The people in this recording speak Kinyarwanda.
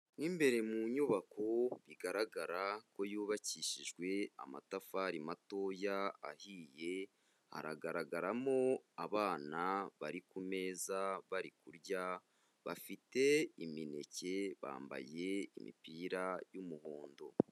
Mu imbere mu nyubako bigaragara ko yubakishijwe amatafari matoya ahiye, haragaragaramo abana bari ku meza bari kurya bafite imineke, bambaye imipira y'umuhondo.